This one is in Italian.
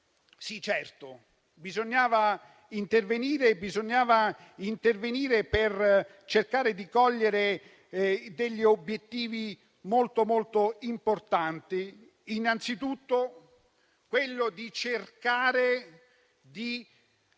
Sì, certo. Bisognava intervenire per cercare di cogliere obiettivi molto importanti; innanzitutto, quello di cercare di